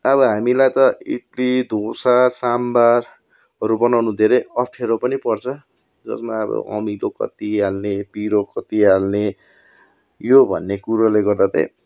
अब हामीलाई त इडली डोसा साम्बारहरू बनाउनु धेरै अप्ठ्यारो पनि पर्छ जसमा अब अमिलो कति हाल्ने पिरो कति हाल्ने यो भन्ने कुरोले गर्दा चाहिँ